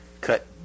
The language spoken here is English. cut